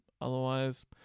otherwise